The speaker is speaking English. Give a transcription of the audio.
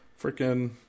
freaking